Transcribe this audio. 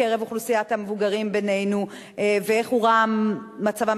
בקרב אוכלוסיית המבוגרים בינינו ואיך הורע מצבם